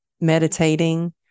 meditating